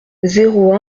zéro